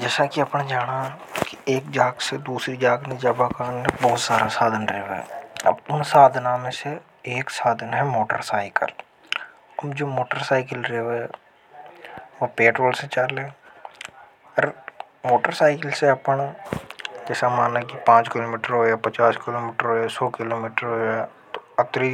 जैसा कि अपने जाना कि एक जाक से दूसरी जाक नहीं जाबा कनेा बहुत सारा साधन रेवे एर। उन साधना में से एक साधन है मोटर साइकल। हम जो मोटर साइकल रहे हैं वो पेट्रोल से चाले। है कर लें और मोटरसाइकिल से अपने जैसा माना कि पांच क्लोमेटर होया पचास किलोमेटर सौ किलोमीटर होया तो अतरी